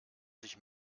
sich